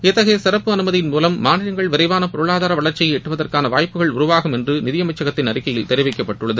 இத்தகைய சிறப்பு அனுமதி மூலம் மாநிலங்கள் விரைவான பொருளாதார வளர்ச்சியை எட்டுவதற்கான வாய்ப்புகள் உருவாகும் என்று நிதி அமைச்சகத்தின் அறிக்கையில் தெரிவிக்கப்பட்டுள்ளது